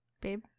Babe